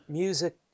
music